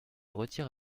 retire